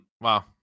wow